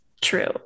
true